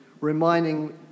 reminding